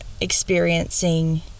experiencing